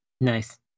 nice